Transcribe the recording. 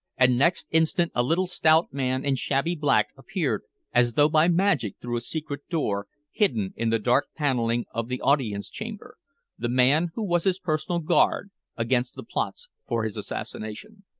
and next instant a little stout man in shabby black appeared as though by magic through a secret door hidden in the dark paneling of the audience chamber the man who was his personal guard against the plots for his assassination.